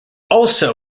also